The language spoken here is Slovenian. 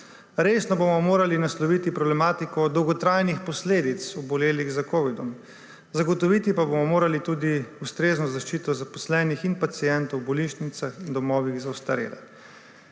Resno bomo morali nasloviti problematiko dolgotrajnih posledic obolelih za covidom. Zagotoviti bomo morali tudi ustrezno zaščito zaposlenih in pacientov v bolnišnicah in domovih za ostarele.